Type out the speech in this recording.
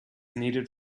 needed